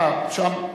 אה, שם,